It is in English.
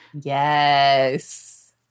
yes